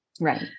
Right